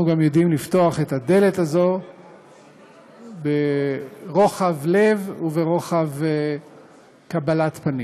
אנחנו גם יודעים לפתוח את הדלת הזאת ברוחב לב וברוחב קבלת פנים.